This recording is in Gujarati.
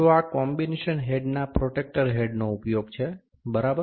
તો આ કોમ્બિનેશન હેડના પ્રોટ્રેક્ટર હેડનો ઉપયોગ છે બરાબર